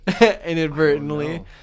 inadvertently